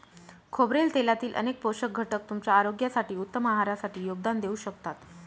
खोबरेल तेलातील अनेक पोषक घटक तुमच्या आरोग्यासाठी, उत्तम आहारासाठी योगदान देऊ शकतात